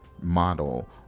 model